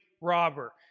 robber